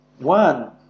One